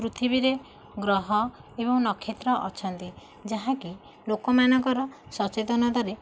ପୃଥିବୀରେ ଗ୍ରହ ଏବଂ ନକ୍ଷେତ୍ର ଅଛନ୍ତି ଯାହାକି ଲୋକମାନଙ୍କର ସଚେତନତାରେ